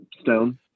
stone